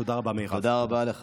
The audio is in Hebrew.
תודה רבה, מירב.